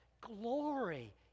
Glory